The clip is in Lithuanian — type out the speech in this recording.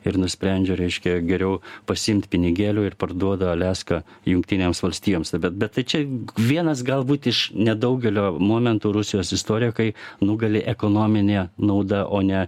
ir nusprendžia reiškia geriau pasiimti pinigėlių ir parduoda aliaską jungtinėms valstijoms bet bet tai čia vienas galbūt iš nedaugelio momentų rusijos istorikai nugali ekonominė nauda o ne